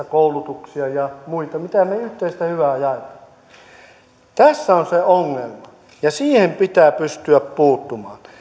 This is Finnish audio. koulutuksen ja muut mitä me yhteistä hyvää jaamme tässä on se ongelma ja siihen pitää pystyä puuttumaan